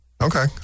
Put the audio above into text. Okay